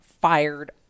fired